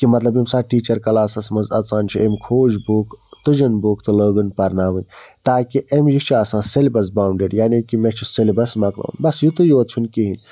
کہِ مطلب ییٚمہِ ساتہٕ ٹیٖچَر کلاسَس مَنٛز اَژان چھُ أمۍ کھوٗج بُک تُجن بُک تہٕ لوگُن پَرناوٕنۍ تاکہِ أمۍ یہِ چھُ آسان سیلبَس باوُنٛڈِڈ یعنے کہِ مےٚ چھُ سیلبَس مۄکلاوُن بَس یتُے یوت چھُ نہٕ کِہیٖنٛۍ